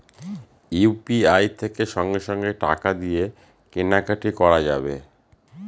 UPI থেকে সঙ্গে সঙ্গে টাকা দিয়ে কেনা কাটি করা যাবে